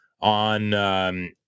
on –